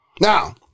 Now